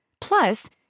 Plus